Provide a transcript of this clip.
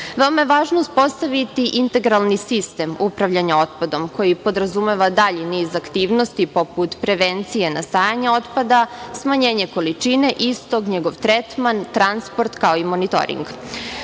je važno uspostaviti integralni sistem upravljanja otpadom koji podrazumeva dalji niz aktivnosti poput prevencije na stanje otpada, smanjenje količine istog, njegov tretman, transport, kao i monitoring.